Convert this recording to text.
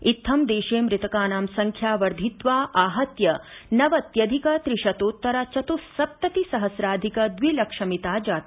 इत्थं देशे मृतकानां संख्या वर्धित्वा आहत्य नवति अधिक त्रिशतोत्तर चतुस्सप्तति सहस्राधिक द्विलक्ष मिता जाता